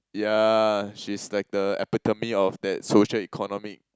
ya she's like the epitome of that social economic